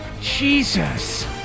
Jesus